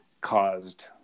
caused